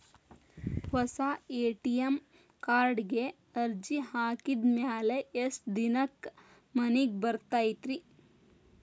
ಹೊಸಾ ಎ.ಟಿ.ಎಂ ಕಾರ್ಡಿಗೆ ಅರ್ಜಿ ಹಾಕಿದ್ ಮ್ಯಾಲೆ ಎಷ್ಟ ದಿನಕ್ಕ್ ಮನಿಗೆ ಬರತೈತ್ರಿ?